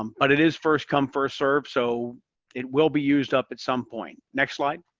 um but it is first-come, first-serve, so it will be used up at some point. next slide.